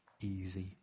easy